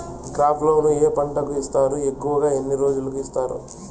crop loan ఏ పంటలకు ఇస్తారు ఎక్కువగా ఎన్ని రోజులకి ఇస్తారు